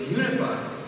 unified